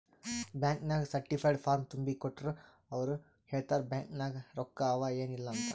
bank ನಾಗ್ certified form ತುಂಬಿ ಕೊಟ್ಟೂರ್ ಅವ್ರ ಹೇಳ್ತಾರ್ ಬ್ಯಾಂಕ್ ನಾಗ್ ರೊಕ್ಕಾ ಅವಾ ಏನ್ ಇಲ್ಲ ಅಂತ್